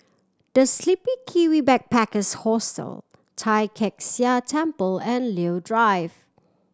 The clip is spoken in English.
The Sleepy Kiwi Backpackers Hostel Tai Kak Seah Temple and Leo Drive